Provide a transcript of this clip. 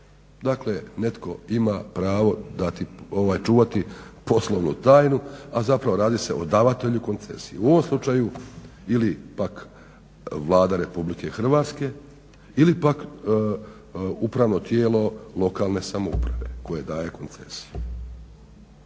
Dakle, netko ima pravo dati, ovaj čuvati poslovnu tajnu, a zapravo radi se o davatelju koncesije. U ovom slučaju ili pak Vlada RH ili pak upravno tijelo lokalne samouprave koje daje koncesiju.